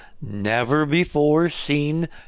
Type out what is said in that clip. never-before-seen